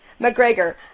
McGregor